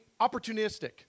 opportunistic